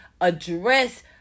address